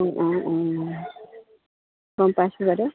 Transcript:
অঁ অঁ অঁ গম পাইছোঁ বাইদেউ